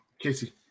Casey